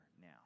now